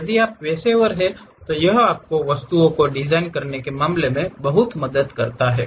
यदि आप एक पेशेवर हैं तो यह आपको वस्तुओं को डिजाइन करने के मामले में बहुत मदद करता है